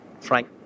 Frank